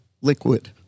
liquid